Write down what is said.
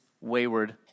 wayward